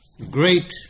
Great